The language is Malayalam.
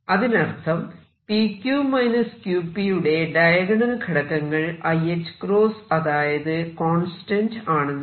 അതിനർത്ഥം p q q p യുടെ ഡയഗണൽ ഘടകങ്ങൾ iħ അതായത് കോൺസ്റ്റന്റ് ആണെന്നാണ്